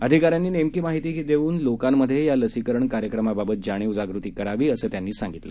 अधिकाऱ्यांनी नेमकी माहिती देऊन लोकांमधे या लसीकरण कार्यक्रमाबाबत जाणीव जागृती करावी असं त्यांनी सांगितलं